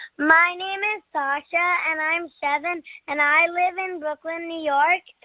my name is sasha, and i'm seven, and i live in brooklyn, new york.